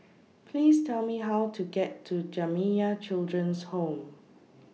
Please Tell Me How to get to Jamiyah Children's Home